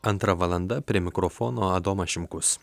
antra valanda prie mikrofono adomas šimkus